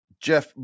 Jeff